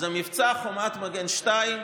אז המבצע חומת מגן 2,